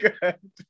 good